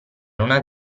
una